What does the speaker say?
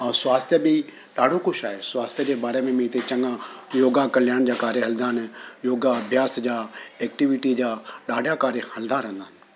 ऐं स्वास्थ्य बि ॾाढो कुझु आहे स्वास्थ्य जे बारे में बि हिते चङा योगा कल्याण जा कार्य हलंदा आहिनि योगा ॿिया सॼा एक्टिविटी जा ॾाढा कार्य हलंदा रहंदा आहिनि